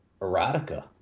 erotica